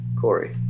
Corey